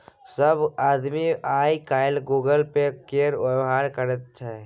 सभ आदमी आय काल्हि गूगल पे केर व्यवहार करैत छै